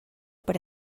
per